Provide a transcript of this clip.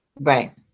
Right